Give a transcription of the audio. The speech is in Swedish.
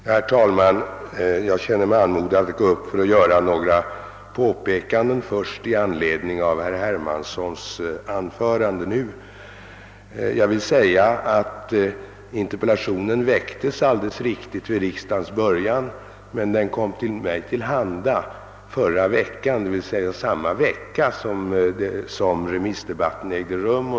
Herr talman! Jag känner mig anmodad att gå upp i talarstolen och göra några påpekanden, först i anledning av herr Hermanssons anförande. Interpellationen framställdes — det är alldeles riktigt — vid riksdagens början, men den kom mig till handa förra veckan, d.v.s. samma vecka som remissdebatten ägde rum.